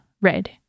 red